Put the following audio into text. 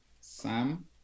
Sam